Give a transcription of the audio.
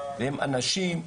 הם אנשים,